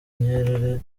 nyerere